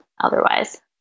otherwise